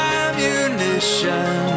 ammunition